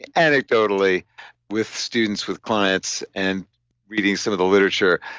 anecdotally with students with clients and reading some of the literature.